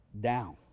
down